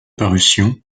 parution